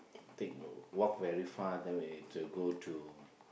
take walk very far then we to go to